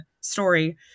story